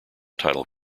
title